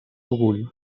orgull